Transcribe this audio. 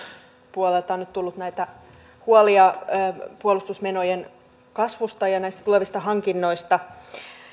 puolelta on nyt tullut näitä huolia puolustusmenojen kasvusta ja näistä tulevista hankinnoista